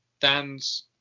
Dan's